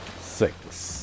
six